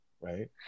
right